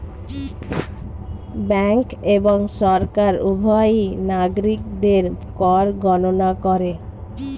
bank এবং সরকার উভয়ই নাগরিকদের কর গণনা করে